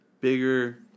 bigger